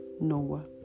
Noah